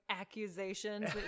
accusations